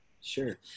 Sure